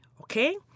okay